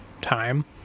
Time